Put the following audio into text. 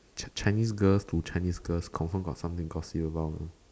Chi~ chinese girl to chinese girls confirm got something to gossip about one